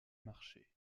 marché